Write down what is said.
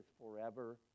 forever